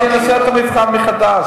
אני אמרתי: נעשה את המבחן מחדש,